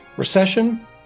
Recession